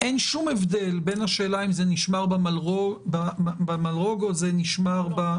אין שום הבדל בין השאלה אם זה נשמר במרלוג או שזה נשמר במכון.